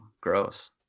gross